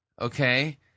Okay